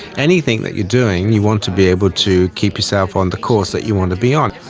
anything that you're doing, you want to be able to keep yourself on the course that you want to be on.